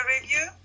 review